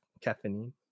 caffeine